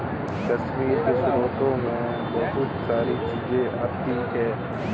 कश्मीरी स्रोत मैं बहुत सारी चीजें आती है